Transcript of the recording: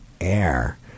air